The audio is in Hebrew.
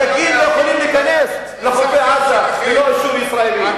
הדגים לא יכולים להיכנס לחופי עזה ללא אישור ישראלי.